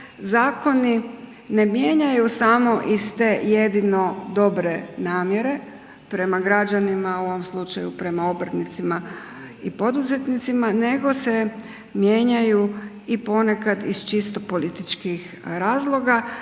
zakoni ne mijenjaju samo iz te jedino dobre namjere prema građanima, u ovom slučaju prema obrtnicima i poduzetnicima, nego se mijenjaju i ponekad iz čisto političkih razloga